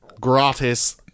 gratis